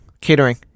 Catering